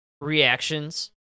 reactions